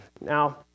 Now